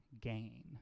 gain